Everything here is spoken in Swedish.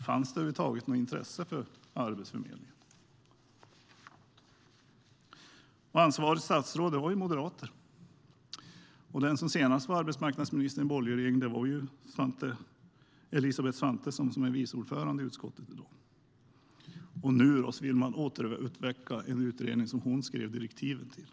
Fanns det över huvud taget något intresse för Arbetsförmedlingen? Ansvariga statsråd var moderater. Den som senast var arbetsmarknadsminister i en borgerlig regering var Elisabeth Svantesson, som i dag är vice ordförande i utskottet. Nu vill man återuppväcka en utredning som hon skrev direktiven till.